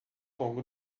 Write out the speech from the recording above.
longo